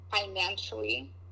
financially